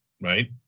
right